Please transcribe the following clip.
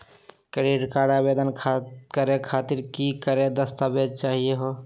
Credit card आवेदन करे खातीर कि क दस्तावेज चाहीयो हो?